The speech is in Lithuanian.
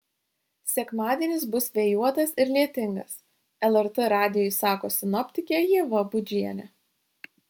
sekmadienis bus vėjuotas ir lietingas lrt radijui sako sinoptikė ieva budžienė